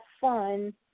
fun